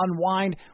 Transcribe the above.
unwind